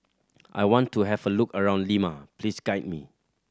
I want to have a look around Lima please guide me